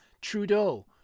Trudeau